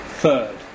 Third